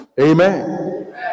Amen